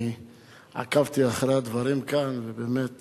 אני עקבתי אחרי הדברים כאן, ובאמת